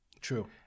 True